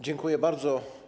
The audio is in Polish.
Dziękuję bardzo.